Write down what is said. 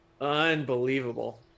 Unbelievable